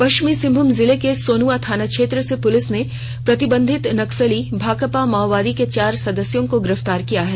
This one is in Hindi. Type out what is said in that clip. पष्चिमी सिंहभूम जिले के सोनुआ थाना क्षेत्र से पुलिस ने प्रतिबंधित नक्सली भाकपा माओवादी के चार सदस्यों को गिरफतार किया है